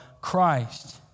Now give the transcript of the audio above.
Christ